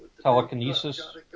telekinesis